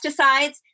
pesticides